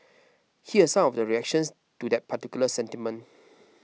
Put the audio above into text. here are some of the reactions to that particular sentiment